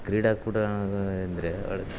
ಕ್ರೀಡಾಕೂಟ ಇದ್ದರೆ